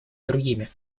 другими